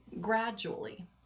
gradually